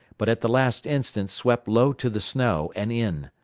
but at the last instant swept low to the snow and in.